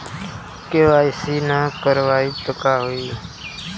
KYC ना करवाएम तब का होई?